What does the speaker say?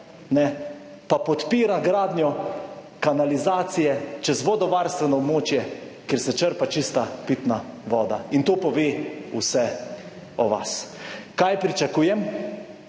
pa podpira gradnjo kanalizacije čez vodovarstveno območje, kjer se črpa čista pitna voda. In to pove vse o vas. Kaj pričakujem?